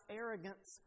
arrogance